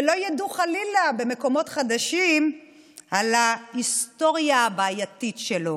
שלא ידעו חלילה במקומות חדשים על ההיסטוריה הבעייתית שלו.